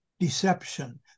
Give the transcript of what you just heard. Deception